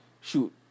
shoot